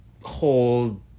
whole